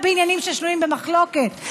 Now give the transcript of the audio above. בעניינים ששנויים במחלוקת,